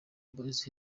boyz